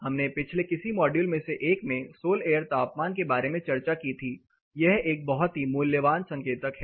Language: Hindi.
हमने पिछले किसी मॉड्यूल में से एक में सोल एयर तापमान के बारे में चर्चा की थी यह एक बहुत ही मूल्यवान संकेतक है